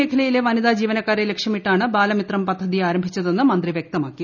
മേഖലയിലെ വനിതാ ജീവനക്കാരെ ലക്ഷ്യമിട്ടാണ് ബാല മിത്രം പദ്ധതി ആരംഭിച്ചതെന്ന് മന്ത്രി വ്യക്തമാക്കി